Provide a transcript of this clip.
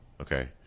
Okay